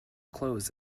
clothes